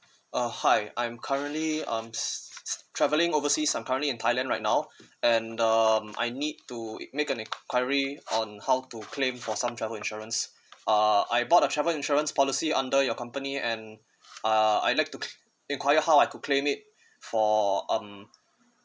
uh hi I'm currently um travelling overseas I'm currently in thailand right now and um I need to make an enquiry on how to claim for some travel insurance uh I bought a travel insurance policy under your company and uh I like to inquire how I could claim it for um